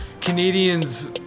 Canadians